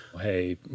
Hey